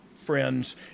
friends